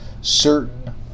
certain